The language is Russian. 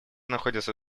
находятся